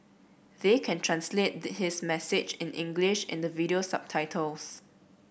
they can translate the his message in English in the video subtitles